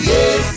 Yes